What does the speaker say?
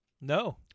No